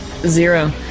Zero